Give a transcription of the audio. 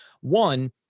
One